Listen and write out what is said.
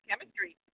chemistry